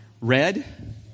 Red